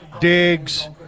digs